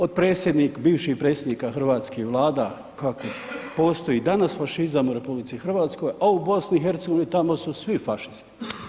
Od predsjednika, bivših predsjednika hrvatskih Vlada kako postoji i danas fašizam u RH a u BiH tamo su svi fašisti.